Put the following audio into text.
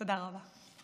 תודה רבה.